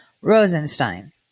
Rosenstein